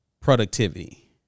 productivity